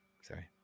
Sorry